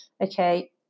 okay